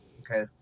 okay